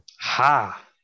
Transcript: Ha